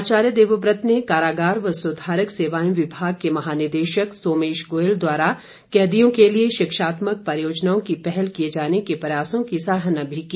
आचार्य देवव्रत ने कारागार व सुधारक सेवाएं विभाग के महानिदेशक सोमेश गोयल द्वारा कैदियों के लिए शिक्षात्मक परियोजनाओं की पहल किए जाने के प्रयासों की सराहना भी की